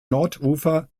nordufer